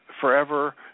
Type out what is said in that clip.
forever